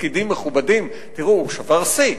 תפקידים מכובדים, תראו, הוא שבר שיא,